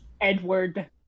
Edward